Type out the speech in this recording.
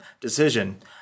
decision